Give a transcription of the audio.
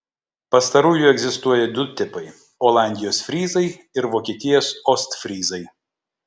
pastarųjų egzistuoja du tipai olandijos fryzai ir vokietijos ostfryzai